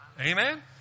amen